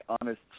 honest